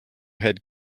head